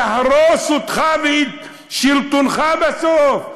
יהרוס אותך ואת שלטונך בסוף,